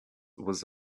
was